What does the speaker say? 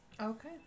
Okay